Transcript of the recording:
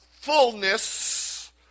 fullness